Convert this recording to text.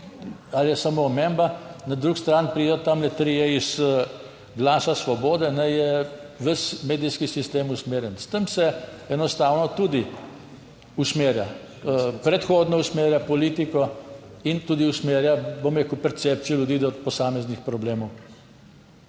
ali je samo omemba, na drugi strani pridejo tam trije iz Glasa svobode, je ves medijski sistem usmerjen. S tem se enostavno tudi usmerja, predhodno usmerja politiko in tudi usmerja, bom rekel, percepcijo ljudi do posameznih problemov.